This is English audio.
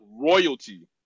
royalty